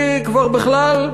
כי כבר בכלל,